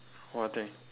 what thing